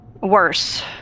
worse